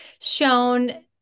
shown